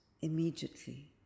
immediately